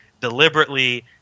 deliberately